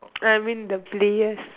I mean the players